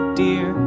dear